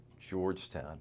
Georgetown